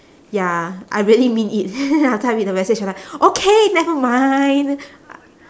ya I really mean it after I read the message I'm like okay never mind